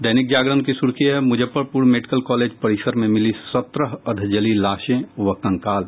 दैनिक जागरण की सुर्खी है मुजफ्फरपुर मेडिकल कॉलेज परिसर में मिली सत्रह अधजली लाशें व कंकाल